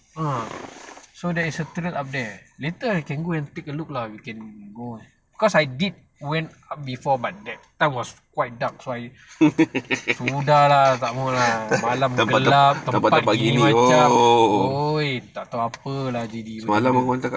uh so there is a trail up there later can go and take a look lah we can go because I did went up before but that one was quite dark so I sudah lah tak mahu lah dah malam dah gelap tempat gini macam !oi! tak tahu apa jadi gila